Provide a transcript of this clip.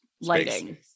lighting